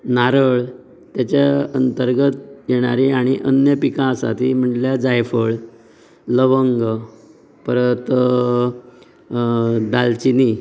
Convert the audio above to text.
नारळ तांचे अंतर्गत येणारी आनी अन्य पिकां आसात ती म्हणल्यार जायफळ लवंग परत दालचिनीं